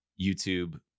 youtube